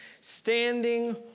Standing